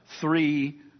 three